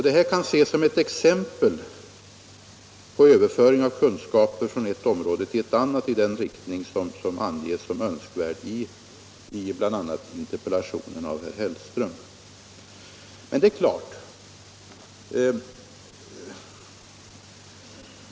Detta kan ses som ett exempel på överföring av kunskaper från ett område till ett annat i den riktning som anges som önskvärd bl.. i interpellationen av herr Hellström.